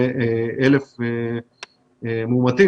ו-1,000 מאומתים.